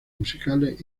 musicales